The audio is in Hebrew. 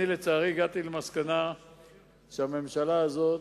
אני, לצערי, הגעתי למסקנה שהממשלה הזאת,